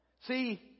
see